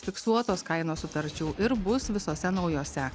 fiksuotos kainos sutarčių ir bus visose naujose